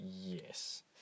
yes